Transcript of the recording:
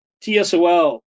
TSOL